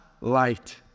light